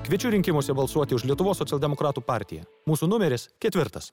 kviečiu rinkimuose balsuoti už lietuvos socialdemokratų partiją mūsų numeris ketvirtas